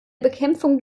bekämpfung